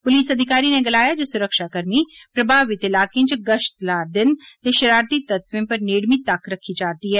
पुलस अधिकारी नै गलाया जे सुरक्षाकमी प्रभावत इलाकें च गश्त ला करदे न ते शरारती तत्वें उप्पर नेड़मी तक्क रक्खी जा'रदी ऐ